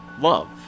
love